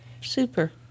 Super